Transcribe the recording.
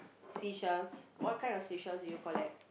seashells what kind of seashells did you collect